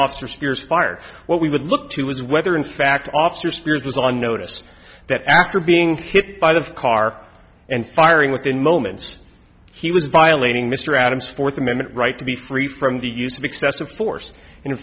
officer spears fired what we would look to was whether in fact officer spears was on notice that after being hit by the car and firing within moments he was violating mr adams fourth amendment right to be free from the use of excessive force